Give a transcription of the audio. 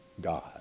God